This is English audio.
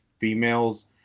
females